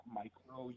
micro